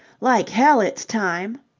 like hell it's time!